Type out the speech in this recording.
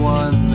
one